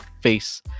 face